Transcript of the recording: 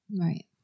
right